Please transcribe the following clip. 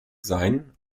sein